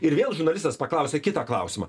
ir vėl žurnalistas paklausė kitą klausimą